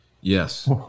Yes